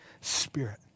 Spirit